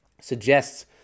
suggests